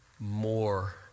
more